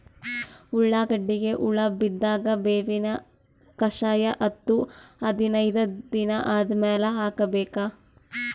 ಉಳ್ಳಾಗಡ್ಡಿಗೆ ಹುಳ ಬಿದ್ದಾಗ ಬೇವಿನ ಕಷಾಯ ಹತ್ತು ಹದಿನೈದ ದಿನ ಆದಮೇಲೆ ಹಾಕಬೇಕ?